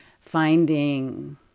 finding